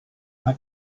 mae